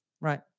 right